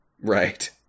Right